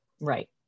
Right